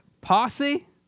posse